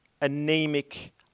anemic